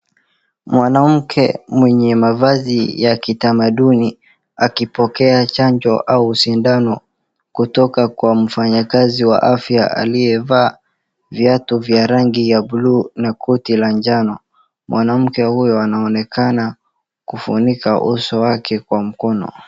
Mwanamke mwenye mavazi ya kitamaduni akipokea chanjo au sindano kutoka kwa mfanyakazi wa afya aliyevaa viatu vya rangi ya bluu na koti la njano. Mwanamke huyu anaonekana kufunika uso wake kwa mkono.